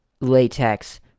latex